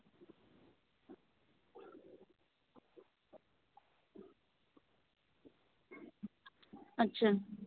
ᱟᱪᱪᱷᱟ